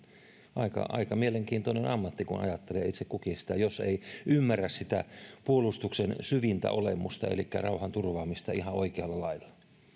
aika aika mielenkiintoinen ammatti kun ajattelee itse kukin sitä jos ei ymmärrä sitä puolustuksen syvintä olemusta elikkä rauhan turvaamista ihan oikealla lailla